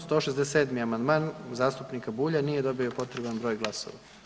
167. amandman zastupnika Bulja nije dobio potreban broj glasova.